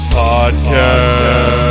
podcast